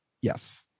Yes